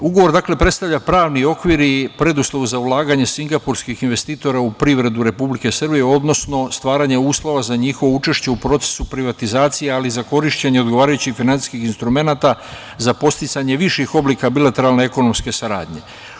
Ugovor prestavlja pravni okvir i preduslov za ulaganje singapurskih investitora u privredu Republike Srbije, odnosno stvaranje uslova za njihovo učešće u procesu privatizacije, ali za korišćenje odgovarajućih finansijskih instrumenata za podsticanje viših oblika bilateralne ekonomske saradnje.